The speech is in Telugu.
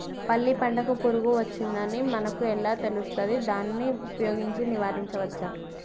పల్లి పంటకు పురుగు వచ్చిందని మనకు ఎలా తెలుస్తది దాన్ని ఉపయోగించి నివారించవచ్చా?